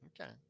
Okay